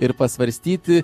ir pasvarstyti